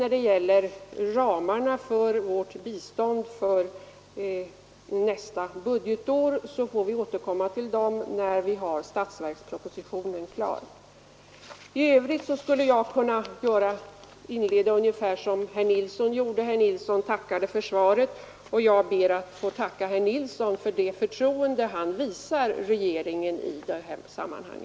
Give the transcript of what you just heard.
När det gäller ramarna för vårt bistånd för nästa budgetår får vi återkomma till dem när statsverkspropositionen är klar. I övrigt skulle jag ha kunnat inleda ungefär så som herr Nilsson gjorde. Herr Nilsson tackade för svaret, och jag ber att få tacka herr Nilsson för det förtroende han visar regeringen i dessa sammanhang.